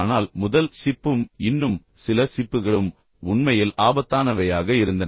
ஆனால் முதல் சிப்பும் இன்னும் சில சிப்புகளும் உண்மையில் ஆபத்தானவையாக இருந்தன